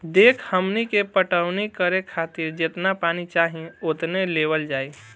देखऽ हमनी के पटवनी करे खातिर जेतना पानी चाही ओतने लेवल जाई